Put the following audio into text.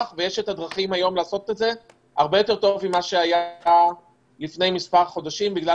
הדרכים לעשות את זה הרבה יותר טוב ממה שהיה לפני מספר חודשים בגלל